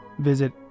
Visit